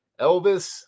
Elvis